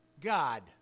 God